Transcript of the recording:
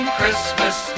Christmas